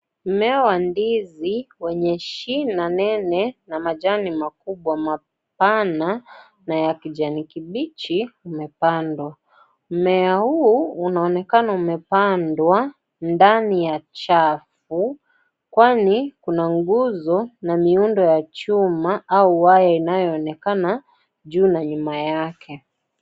Mmea wa ndizi wenye shina nene na majani makubwa mapana na ya kijani kibichi umepandwa. Mmea huu unaonekana umepandwa ndani ya chafu kwani, kuna nguzo na miundo ya chuma au waya unaoonekana juu na nyuma yake.